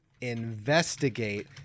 investigate